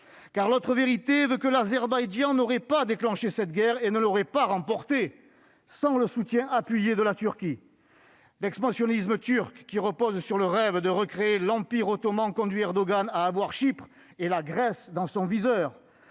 Car, autre vérité, l'Azerbaïdjan n'aurait pas déclenché cette guerre et ne l'aurait pas remportée sans le soutien appuyé de la Turquie. L'expansionnisme turc, qui repose sur le rêve de recréer l'Empire ottoman, conduit Erdogan à avoir Chypre et la Grèce dans son viseur.